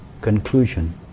conclusion